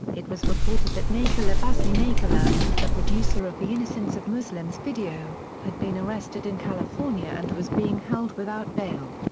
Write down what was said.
it was reported that nakoula basseley nakoula, the producer of the innocence of muslims video, had been arrested in california and was being held without bail.